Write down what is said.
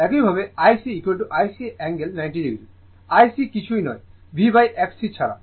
একইভাবে IC IC angle 90o IC কিছুই নয় VXC ছাড়া